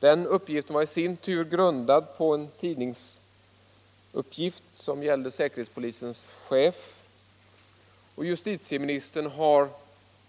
Den uppgiften var i sin tur grundad på en tidningsuppgift som gällde säkerhetspolisens chef, och justitieministern har